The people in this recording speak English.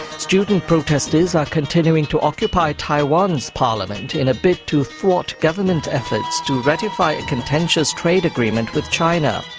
student protesters are continuing to occupy taiwan's parliament in a bid to thwart government efforts to ratify a contentious trade agreement with china.